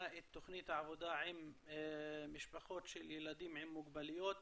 את תוכנית העבודה עם משפחות של ילדים עם מוגבלויות